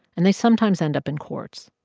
and they sometimes end up in courts,